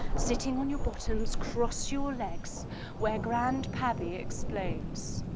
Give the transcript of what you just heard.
sitting on your bottoms, cross your legs where grand pabbie explains